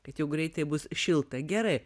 kad jau greitai bus šilta gerai